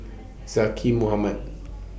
Zaqy Mohamad